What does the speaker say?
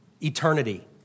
eternity